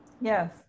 Yes